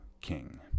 king